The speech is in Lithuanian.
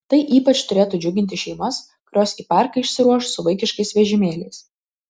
tai ypač turėtų džiuginti šeimas kurios į parką išsiruoš su vaikiškais vežimėliais